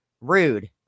rude